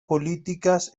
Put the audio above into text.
políticas